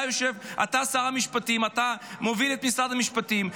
אתה שר המשפטים, אתה מוביל את משרד המשפטים.